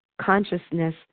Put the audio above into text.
consciousness